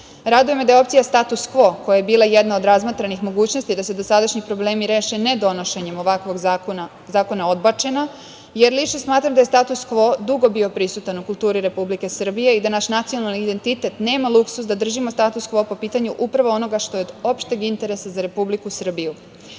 reši. Raduje me da je opcija status kvo, koja je bila jedna od razmatranih mogućnosti da se dosadašnji problemi reše nedonošenjem ovakvog zakona, odbačena, jer lično smatram da je status kvo dugo bio prisutan u kulturi Republike Srbije i da naš nacionalni identitet nema luksuz da držimo status kvo po pitanju upravo onoga što je od opšteg interesa za Republiku